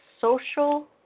Social